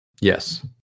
Yes